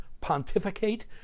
pontificate